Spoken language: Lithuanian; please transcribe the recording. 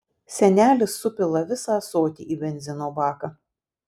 senelis supila visą ąsotį į benzino baką